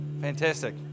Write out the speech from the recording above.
Fantastic